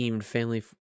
Family